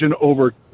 over